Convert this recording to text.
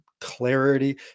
clarity